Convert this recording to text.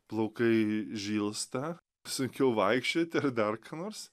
plaukai žilsta sunkiau vaikščioti ar dar ką nors